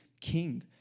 king